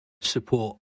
support